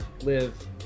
live